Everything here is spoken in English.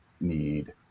need